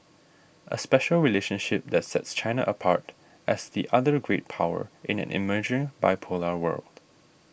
a special relationship that sets China apart as the other great power in an emerging bipolar world